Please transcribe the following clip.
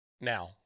Now